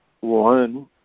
one